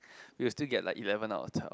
you will still get like eleven out of twelve